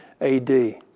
AD